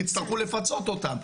יצטרכו לפצות אותם.